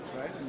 right